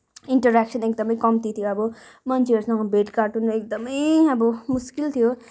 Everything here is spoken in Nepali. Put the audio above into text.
इन्टरेक्सन एकदमै कम्ती थियो अब मान्छेहरूसँग भेटघाट हुन एकदमै अब मुस्किल थियो